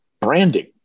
branding